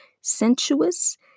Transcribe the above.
sensuous